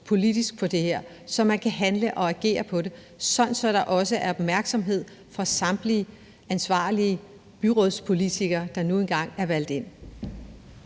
drøftelse er det her, så man kan handle og agere på det, sådan at der også er opmærksomhed på det fra samtlige ansvarlige byrådspolitikere, der nu engang er valgt ind.